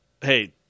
hey